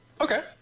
okay